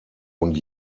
und